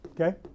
okay